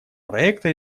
проекта